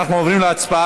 אנחנו עוברים להצבעה,